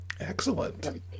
excellent